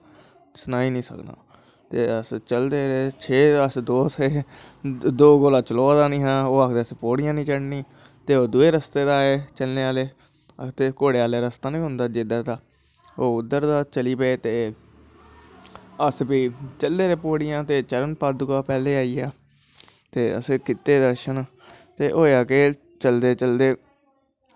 ते चलदे रेह् छे अस दोस्त हे दो कोला दा चलोआ दा नेंई हा ओह् आक्खा दे हे असें पौढ़ियां नी चढ़नियां ते ओह् दुए रस्ते दा आए चलने आह्ले आखदे घोड़े आह्ला रस्ता नी होंदा उध्दर दा ओह् उध्दर दा चली पे ते अस बी चढ़दे रेह् पौढ़ियां ते चरण पादुका पैह्लैं आई गे ते असें कीते दर्शन ते होआ केह् चलदे चलदे